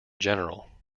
general